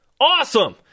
Awesome